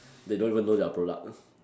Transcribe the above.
they don't even know their product